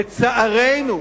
לצערנו,